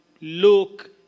look